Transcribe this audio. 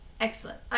Excellent